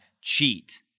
cheat